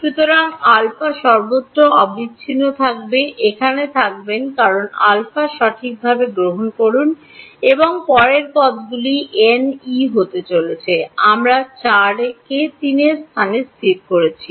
সুতরাং α সর্বত্র অবিচ্ছিন্ন থাকবে এখানে থাকবেন কারণ α সঠিকভাবে গ্রহণ করুন এবং পরের পদগুলি n e হতে চলেছে আমরা 4 এ 3 স্থানে স্থির করছি